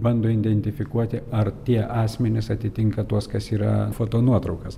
bando identifikuoti ar tie asmenys atitinka tuos kas yra fotonuotraukas